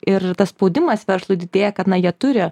ir tas spaudimas verslui didėja kad na jie turi